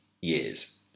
years